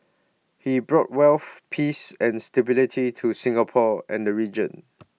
he brought wealth peace and stability to Singapore and the region